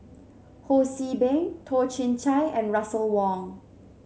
Ho See Beng Toh Chin Chye and Russel Wong